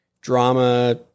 drama